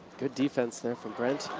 good defense there from brent.